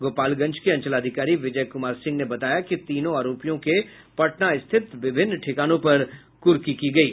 गोपालगंज के अंचलाधिकारी विजय कुमार सिंह ने बताया कि तीनों आरोपियों के पटना स्थित विभिन्न ठिकानों पर कुर्की की गयी